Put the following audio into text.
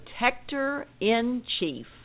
Protector-in-Chief